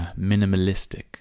minimalistic